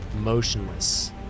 motionless